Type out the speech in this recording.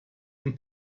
von